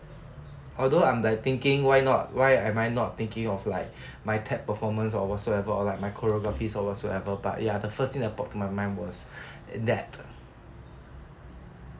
although I'm like thinking why not why am I not thinking of like my tap performance or whatsoever or like my choreography or whatsoever but ya the first thing that popped to my mind was that